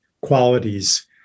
qualities